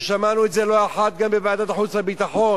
ושמענו את זה לא אחת גם בוועדת החוץ והביטחון,